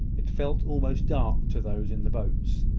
it felt almost dark to those in the boats,